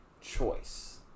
choice